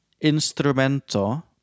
instrumento